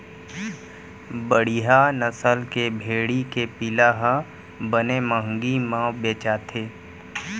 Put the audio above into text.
बड़िहा नसल के भेड़ी के पिला ह बने महंगी म बेचाथे